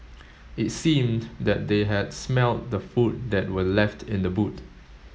it seemed that they had smelt the food that were left in the boot